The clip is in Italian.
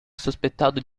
sospettato